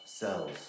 Cells